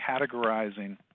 categorizing